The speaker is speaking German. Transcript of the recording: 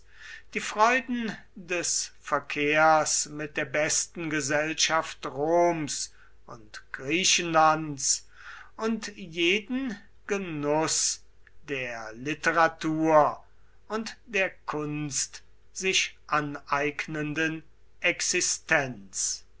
die freuden des verkehrs mit der besten gesellschaft roms und griechenlands und jeden genuß der literatur und der kunst sich aneignenden existenz